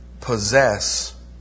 possess